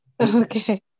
Okay